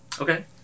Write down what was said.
Okay